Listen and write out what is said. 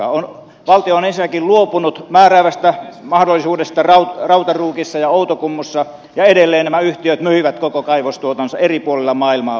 valtio on ensinnäkin luopunut määräävästä mahdollisuudesta rautaruukissa ja outokummussa ja edelleen nämä yhtiöt myivät koko kaivostuotantonsa eri puolilla maailmaa pois